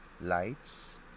lights